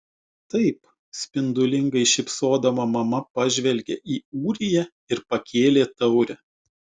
taip spindulingai šypsodama mama pažvelgė į ūriją ir pakėlė taurę